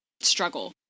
struggle